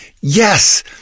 Yes